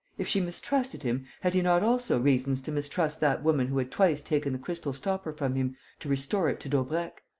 if she mistrusted him, had he not also reasons to mistrust that woman who had twice taken the crystal stopper from him to restore it to daubrecq?